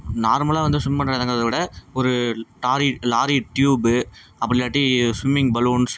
நார்மலாக வந்து ஸ்விம் பண்ணுறது இறங்கறத விட ஒரு டாரி லாரி டியூபு அப்படி இல்லாட்டி ஸ்விம்மிங் பலூன்ஸ்